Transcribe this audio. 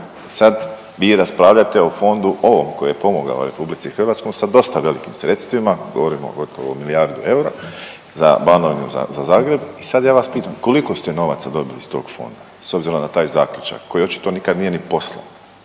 sad, vi raspravljate o fondu ovom koji je pomogao RH sa dosta velikim sredstvima, govorimo gotovo o milijardu eura za Banovinu, za Zagreb i sad ja vas pitam, koliko ste novaca dobili iz tog fonda, s obzirom na taj zaključak koji očito nikad nije ni poslan.